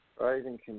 rising